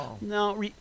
No